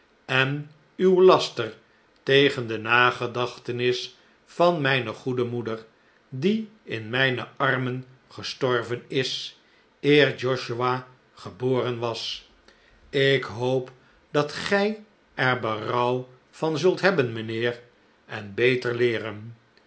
en uw laster tegen de nagedachtenis van mijne goede moeder die in mijne armen gestorven is eer josiah geboren was ik hoop dat gij er berouw van zult hebben mijnheer en beter leeren